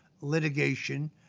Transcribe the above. litigation